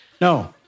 no